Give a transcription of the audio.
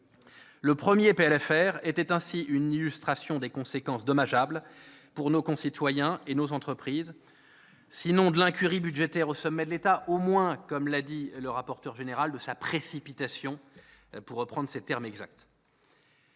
rectificative était ainsi une illustration des conséquences dommageables, pour nos concitoyens et nos entreprises, sinon de l'incurie budgétaire au sommet de l'État, du moins, comme l'a dit M. le rapporteur général, de sa précipitation. Sur le fond, les prévisions